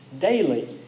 Daily